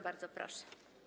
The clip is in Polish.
Bardzo proszę.